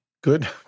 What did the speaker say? Good